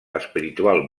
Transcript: espiritual